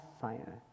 fire